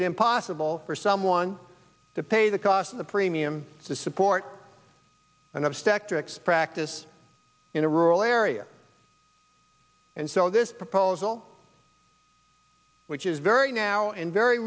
it impossible for someone to pay the cost of the premium to support an obstetrics practice in a rural area and so this proposal which is very now and very